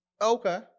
okay